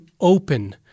open